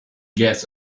get